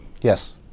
Yes